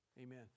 Amen